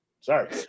Sorry